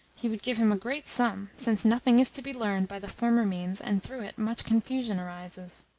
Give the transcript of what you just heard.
he would give him a great sum, since nothing is to be learned by the former means, and, through it, much confusion arises.